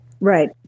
Right